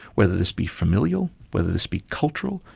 whether this be familial, whether this be cultural,